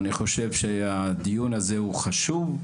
אני חושב שהדיון הזה הוא חשוב.